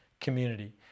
community